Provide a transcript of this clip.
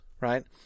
right